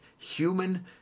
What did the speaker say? human